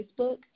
Facebook